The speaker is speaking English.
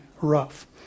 rough